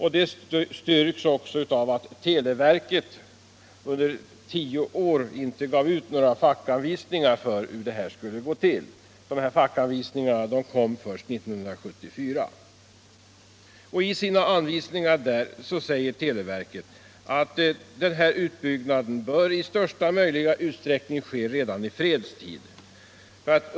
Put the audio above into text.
Det styrks av att televerket under tio år inte gav ut några fackanvisningar för hur detta skulle gå till. Fackanvisningarna kom först 1974. I sina anvisningar säger televerket att utbyggnaden i största möjliga utsträckning bör ske redan i fredstid.